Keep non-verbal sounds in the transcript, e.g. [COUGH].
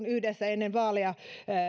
[UNINTELLIGIBLE] yhdessä ennen vaaleja